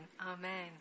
Amen